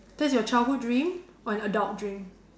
that's your childhood dream or an adult dream